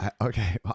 Okay